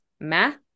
math